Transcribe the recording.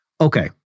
Okay